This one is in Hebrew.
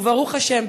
וברוך השם,